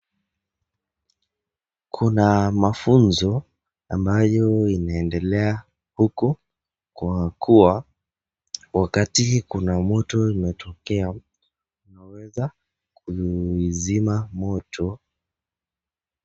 Kuna mafunzo ambayo inaendelea huku kwa kuwa wakati kuna moto imetokea tunaweza kuizima moto.